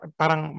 parang